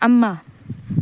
ꯑꯃ